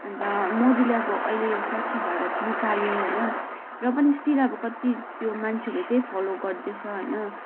अन्त मोदीले अब अहिले यो स्वच्छ भारत निकाल्यो होइन र पनि स्टिल अब कत्ति त्यो मान्छेले त्यही फलो गर्दैछ होइन